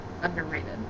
underrated